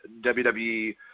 WWE